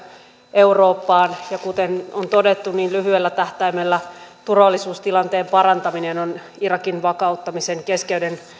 eurooppaan ja kuten on todettu lyhyellä tähtäimellä turvallisuustilanteen parantaminen on irakin vakauttamisen keskeinen